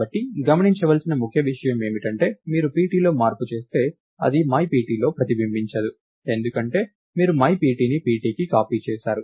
కాబట్టి గమనించవలసిన ముఖ్య విషయం ఏమిటంటే మీరు pt లో మార్పు చేస్తే అది myPtలో ప్రతిబింబించదు ఎందుకంటే మీరు myPtని ptకి కాపీ చేసారు